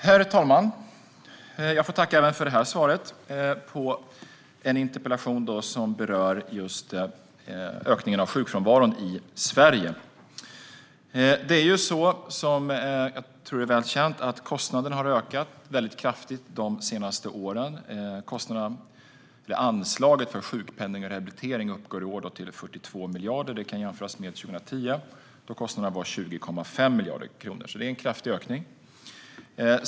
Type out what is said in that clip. Herr talman! Jag får tacka för svaret även på denna interpellation, som rör ökningen av sjukfrånvaron i Sverige. Det är ju så, som jag tror är väl känt, att kostnaden har ökat kraftigt de senaste åren. Kostnaden eller anslaget för sjukpenning och rehabilitering uppgår i år till 42 miljarder. Det kan jämföras med 2010, då kostnaden var 20,5 miljarder kronor. Det är alltså en kraftig ökning.